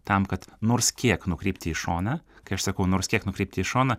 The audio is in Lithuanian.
tam kad nors kiek nukrypti į šoną kai aš sakau nors kiek nukrypti į šoną